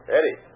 Eddie